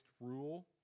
rule